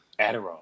Adderall